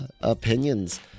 opinions